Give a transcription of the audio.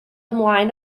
ymlaen